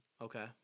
Okay